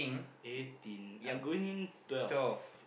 eighteen I'm going in twelfth